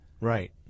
right